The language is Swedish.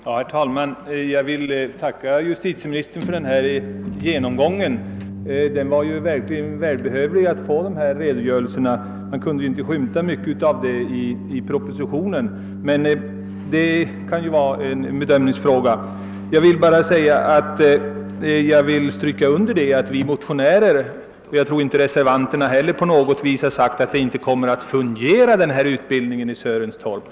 Herr talman! Jag vill tacka justitieministern för hans redogörelse, som verkligen var behövlig. Jag vill undestryka att varken vi motionärer eller reservanterna på något vis har velat påstå att utbildningen inte kommer att fungera i Sörentorp.